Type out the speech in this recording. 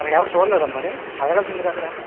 అక్కడ ఎవరు చూడలేదా మరీ అడగాల్సిందిగా అక్కడ